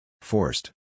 Forced